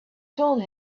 told